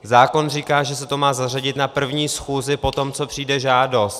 Zákon říká, že se to má zařadit na první schůzi po tom, co přijde žádost.